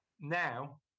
Now